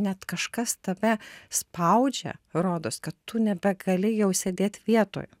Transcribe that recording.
net kažkas tave spaudžia rodos kad tu nebegali jau sėdėt vietoj